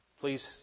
Please